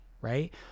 right